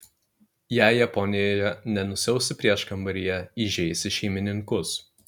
jei japonijoje nenusiausi prieškambaryje įžeisi šeimininkus